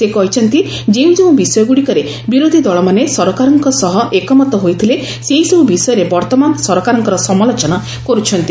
ସେ କହିଛନ୍ତି ଯେଉଁ ବିଷୟଗ୍ରଡ଼ିକରେ ବିରୋଧ ଦଳମାନେ ସରକାରଙ୍କ ସହ ଏକମତ ହୋଇଥିଲେ ସେହିସବ୍ ବିଷୟରେ ବର୍ତ୍ତମାନ ସରକାରଙ୍କର ସମାଲୋଚନା କର୍ତ୍ଥନ୍ତି